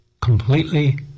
Completely